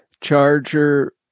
charger